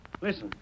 Listen